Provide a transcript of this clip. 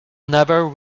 never